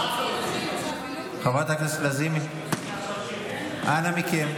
חברת הכנסת לזימי, אנא מכם.